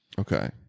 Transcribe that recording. Okay